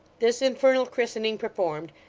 this infernal christening performed,